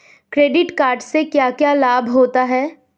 Credit card से क्या क्या लाभ होता है?